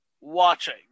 watching